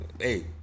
Hey